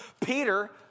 Peter